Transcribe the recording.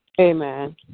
Amen